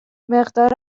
مقدار